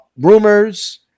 rumors